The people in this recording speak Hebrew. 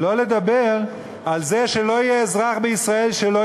שלא לדבר על זה שלא יהיה אזרח בישראל שלא